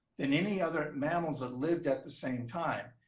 than any other mammals that lived at the same time.